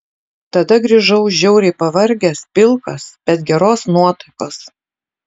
tada grįžau žiauriai pavargęs pilkas bet geros nuotaikos